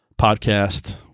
podcast